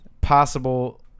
possible